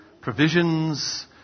provisions